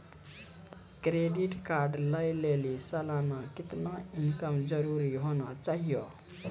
Credit card लय लेली सालाना कितना इनकम जरूरी होना चहियों?